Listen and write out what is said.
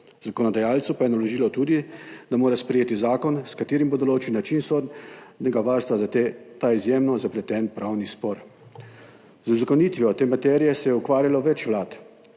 zakonodajalcu pa je naložilo tudi, da mora sprejeti zakon, s katerim bo določil način sodnega varstva za ta izjemno zapleten pravni spor. Z uzakonitvijo te materije se je ukvarjalo več vlad.